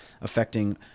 affecting